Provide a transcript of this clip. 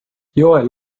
joel